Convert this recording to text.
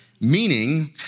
meaning